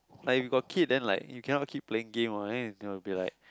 like if you got kid then like you cannot keep playing game what then it will be like